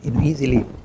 easily